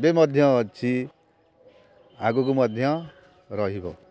ଏବେ ମଧ୍ୟ ଅଛି ଆଗକୁ ମଧ୍ୟ ରହିବ